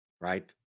right